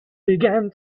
began